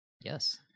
yes